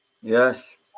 Yes